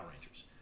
Rangers